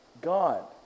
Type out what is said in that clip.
god